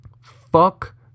Fuck